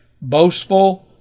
boastful